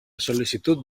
sol·licitud